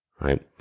right